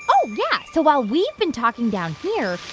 oh, yeah. so while we've been talking down here,